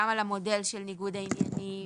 גם על המודל של ניגוד העניינים,